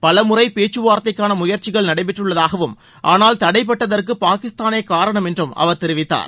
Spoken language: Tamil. பலமுறை பேச்கவார்த்தைக்காண முயற்சிகள் நடைபெற்றுள்ளதாகவும் ஆனால் தடைபட்டதற்கு பாகிஸ்தானே காரணம் என்றும் அவர் தெரிவித்தார்